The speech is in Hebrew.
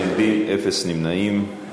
אפס מתנגדים, אפס נמנעים.